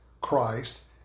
Christ